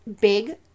big